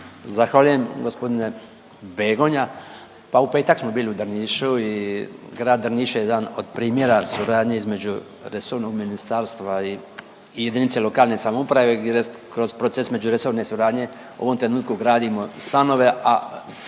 Zahvaljujem g. Begonja. Pa u petak smo bili u Drnišu i grad Drniš je jedan od primjera suradnje između resornog ministarstva i JLS gdje kroz proces međuresorne suradnje u ovom trenutku gradimo stanove, a